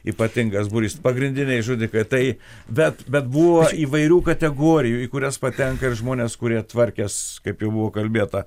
ypatingas būrys pagrindiniai žudikai tai bet bet buvo įvairių kategorijų į kurias patenka ir žmonės kurie tvarkės kaip jau buvo kalbėta